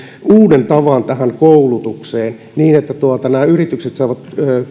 uuden tavan tähän koulutukseen niin että nämä yritykset saavat